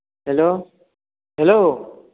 hello hello